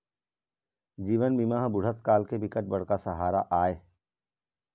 जीवन बीमा ह बुढ़त काल के बिकट बड़का सहारा आय